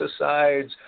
pesticides